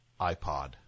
iPod